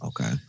Okay